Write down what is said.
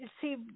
see